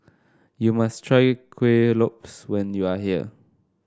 you must try Kuih Lopes when you are here